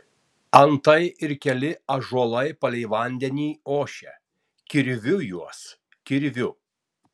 antai ir keli ąžuolai palei vandenį ošia kirviu juos kirviu